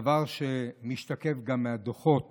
הדבר משתקף גם בדוחות